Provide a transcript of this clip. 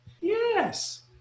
Yes